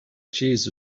cheese